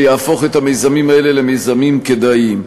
ויהפוך את המיזמים האלה למיזמים כדאיים.